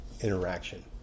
interaction